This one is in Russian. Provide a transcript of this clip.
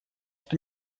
что